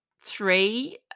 three